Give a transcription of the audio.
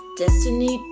destiny